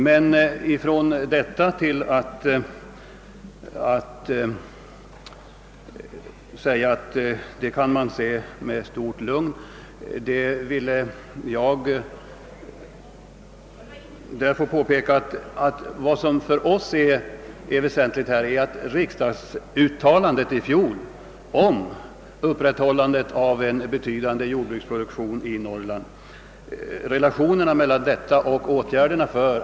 Men från detta är det långt till att säga att man kan se på förhållandena med stort lugn. Vad som för oss är väsentligt är att riksdagsuttalandet i fjol om upprätthållandet av en betydande jordbruksproduktion i Norrland följs av åtgärder.